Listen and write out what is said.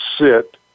sit